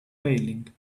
failing